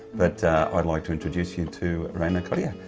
but i'd like to introduce you to cottier.